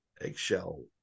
Eggshell